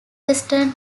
western